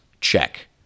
Check